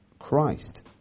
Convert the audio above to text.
Christ